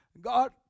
God